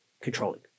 controlling